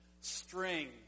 string